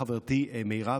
חברתי מירב,